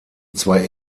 zwei